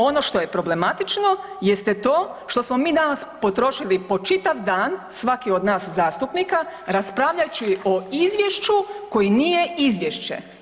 Ono što je problematično jeste to što smo mi danas potrošili po čitav dan svaki od nas zastupnika raspravljajući o izvješću koji nije izvješće.